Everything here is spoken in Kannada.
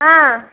ಆಂ